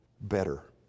better